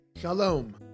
Shalom